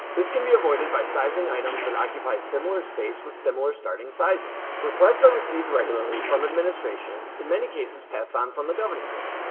this can be avoided by sizing items that occupy similar space with similar starting sizes. requests are received regularly from administration, in many cases passed on from the governing board.